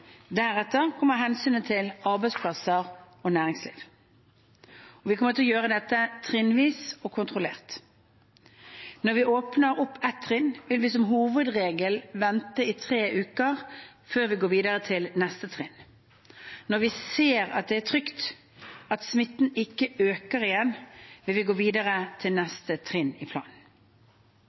Deretter kommer hensynet til arbeidsplasser og næringsliv. Vi kommer til å gjøre dette trinnvis og kontrollert. Når vi åpner opp ett trinn, vil vi som hovedregel vente i tre uker før vi går videre til neste trinn. Når vi ser at det er trygt, at smitten ikke øker igjen, vil vi gå videre til neste trinn i planen.